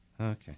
Okay